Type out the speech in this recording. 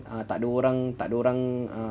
tak ada orang tak ada orang uh